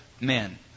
men